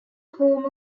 home